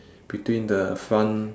between the front